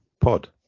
pod